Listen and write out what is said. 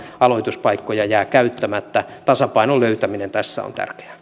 aloituspaikkoja jää käyttämättä tasapainon löytäminen tässä on